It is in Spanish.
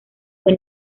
fue